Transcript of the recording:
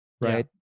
Right